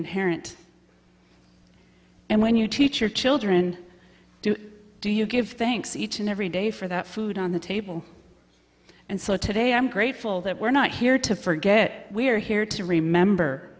inherent and when you teach your children to do you give thanks each and every day for that food on the table and so today i'm grateful that we're not here to forget we're here to remember